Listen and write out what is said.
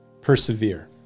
Persevere